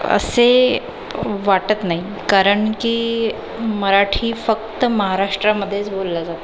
असे वाटत नाही कारण की मराठी फक्त महाराष्ट्रामध्येच बोलली जाते